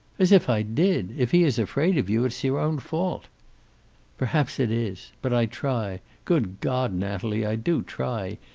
as if i did! if he is afraid of you, it is your own fault perhaps it is. but i try good god, natalie, i do try.